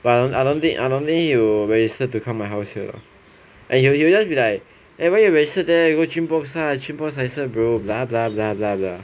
but I don't think I don't think he will register to come my house here loh and he will he will just be like eh why you register there Gymmboxx nicer bro blah blah blah blah